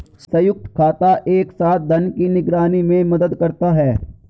संयुक्त खाता एक साथ धन की निगरानी में मदद करता है